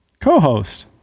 co-host